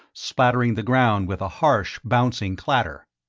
splattering the ground with a harsh, bouncing clatter.